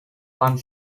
one